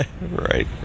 right